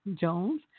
Jones